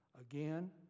Again